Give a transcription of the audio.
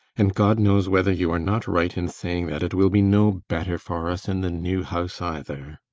and god knows whether you are not right in saying that it will be no better for us in the new house, either.